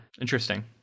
Interesting